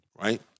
right